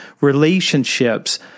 relationships